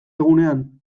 egunean